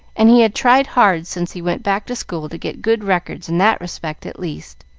and he had tried hard since he went back to school to get good records in that respect at least.